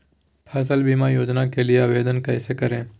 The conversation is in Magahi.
फसल बीमा योजना के लिए आवेदन कैसे करें?